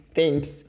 Thanks